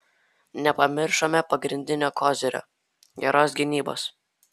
nepamiršome pagrindinio kozirio geros gynybos